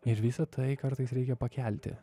ir visa tai kartais reikia pakelti